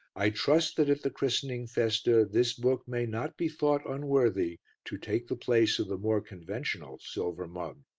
i trust that at the christening festa this book may not be thought unworthy to take the place of the more conventional silver mug.